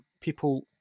people